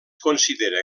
considera